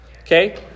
Okay